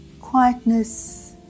quietness